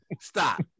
Stop